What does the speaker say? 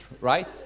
right